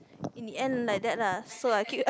in the end like that lah so I keep